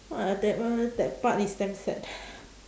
!wah! that one that part is damn sad